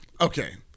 Okay